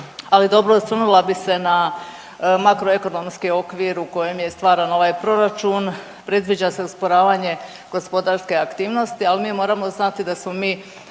ali dobro. Osvrnula bi se makroekonomski okvir u kojem je stvaran ovaj proračun. Predviđa se usporavanje gospodarske aktivnosti ali mi moramo znati da smo mi